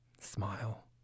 Smile